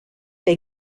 they